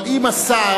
אבל אם השר,